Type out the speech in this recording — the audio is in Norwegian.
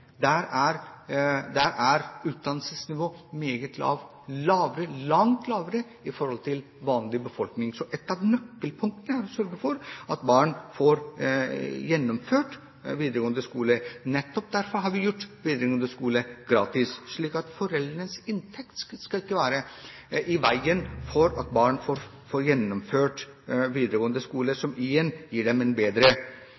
utdannelsesnivå – langt lavere enn hos den vanlige befolkningen – så et av nøkkelpunktene er å sørge for at barn får gjennomført videregående skole. Nettopp derfor har vi gjort videregående skole gratis, slik at foreldrenes inntekt ikke skal stå i veien for at barn får gjennomført videregående